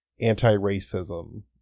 anti-racism